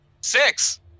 Six